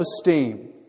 esteem